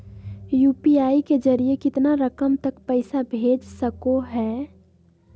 UPI के जरिए कितना रकम तक पैसा भेज सको है?